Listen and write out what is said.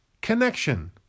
connection